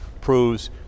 proves